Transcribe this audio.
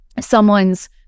someone's